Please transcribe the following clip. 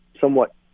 somewhat